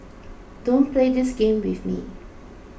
don't play this game with me